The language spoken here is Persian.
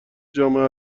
جامعه